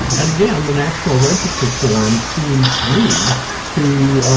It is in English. and again, the national register form seems to me to